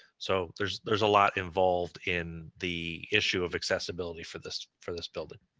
so there's there's a lot involved in the issue of accessibility for this for this building.